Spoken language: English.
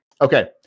Okay